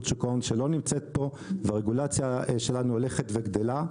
שוק ההון שלא נמצאת פה והרגולציה שלנו הולכת וגדלה,